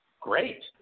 great